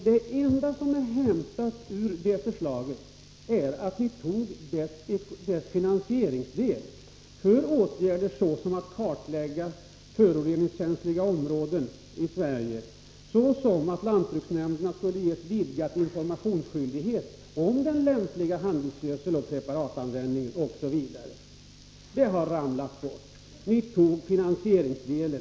Det enda som är hämtat ur det förslaget är att ni tog dess finansieringsdel. Det som handlar om åtgärder såsom att kartlägga föroreningskänsliga områden i Sverige, att lantbruksnämnderna skulle få vidgad informationsskyldighet om den lämpliga handelsgödseloch preparatanvändningen osv., det har ramlat bort. Ni tog finansieringsdelen.